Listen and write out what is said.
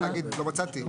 להגיד לא מצאתי.